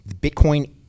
Bitcoin